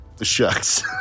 shucks